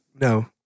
No